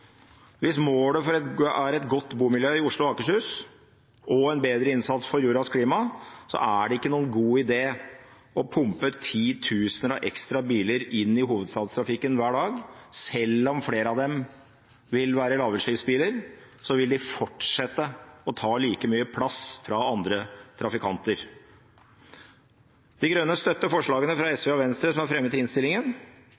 Hvis målet er et godt bomiljø i Oslo og Akershus og en bedre innsats for jordas klima, er det ikke noen god idé å pumpe titusener av ekstra biler inn i hovedstadstrafikken hver dag. Selv om flere av dem vil være lavutslippsbiler, vil de fortsette å ta like mye plass fra andre trafikanter. De Grønne støtter forslagene fra SV og Venstre som er fremmet i innstillingen.